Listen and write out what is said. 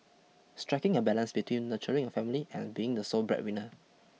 striking a balance between nurturing a family and being the sole breadwinner